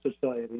society